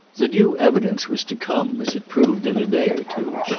the new evidence was to come, as it proved, in a day or two.